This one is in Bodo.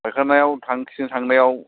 ओंखारनायाव खिनो थांनायाव